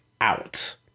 out